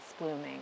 blooming